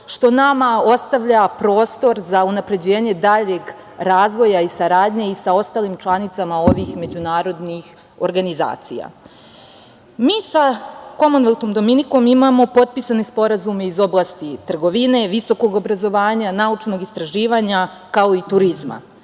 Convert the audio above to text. što nama ostavlja prostor za unapređenje daljeg razvoja i saradnje i sa ostalim članicama ovih međunarodnih organizacija. Mi sa Komonvelt Dominikom imamo potpisane sporazume iz oblasti trgovine, visokog obrazovanja, naučnog istraživanja, kao i turizma.